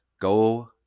go